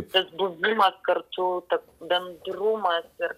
tas buvimas kartu tas bendrumas ir